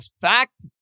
fact